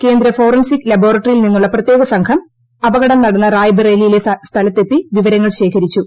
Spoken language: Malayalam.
കേന്ദ്ര ഫോറൻസിക് ലബോറട്ടിറിയിൽ നിന്നുള്ള പ്രത്യേക സംഘം അപകടം നടന്ന റായ്ബറേലിയിലെ സ്ഥല്ടത്തെത്തി വിവരങ്ങൾ ശേഖരിച്ചു